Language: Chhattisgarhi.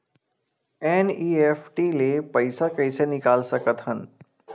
एन.ई.एफ.टी ले पईसा कइसे निकाल सकत हन?